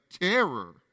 terror